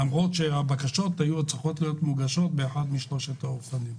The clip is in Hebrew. למרות שהבקשות היו צריכות להיות מוגשות באחת משלוש השפות.